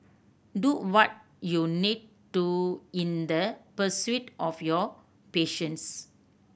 do what you need to in the pursuit of your passions